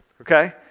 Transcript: okay